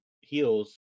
heels